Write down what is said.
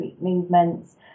movements